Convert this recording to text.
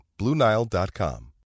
BlueNile.com